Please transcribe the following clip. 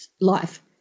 life